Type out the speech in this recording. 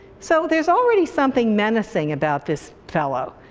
so there's already something menacing about this fellow.